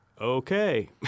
Okay